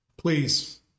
Please